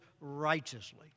righteously